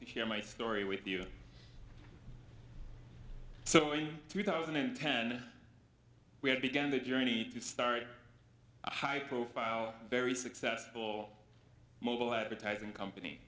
to hear my story with you so in two thousand and ten we have began the journey to start a high profile very successful mobile advertising company